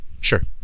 sure